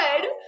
good